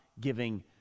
giving